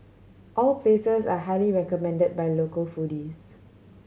all places are highly recommended by local foodies